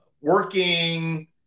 Working